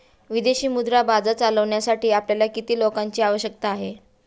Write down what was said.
विदेशी मुद्रा बाजार चालविण्यासाठी आपल्याला किती लोकांची आवश्यकता आहे?